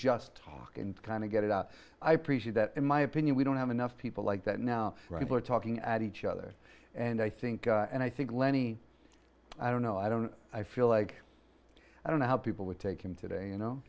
just talk and kind of get it out i appreciate that in my opinion we don't have enough people like that now people are talking at each other and i think and i think lenny i don't know i don't i feel like i don't know how people would take him today you know